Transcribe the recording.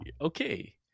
okay